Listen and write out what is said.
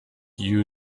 you